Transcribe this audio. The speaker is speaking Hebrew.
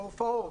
הופעות,